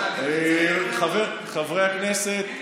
חברי הכנסת,